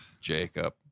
Jacob